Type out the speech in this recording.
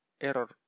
error